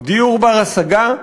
דיור בר-השגה,